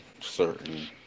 certain